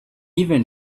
even